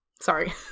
Sorry